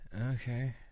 Okay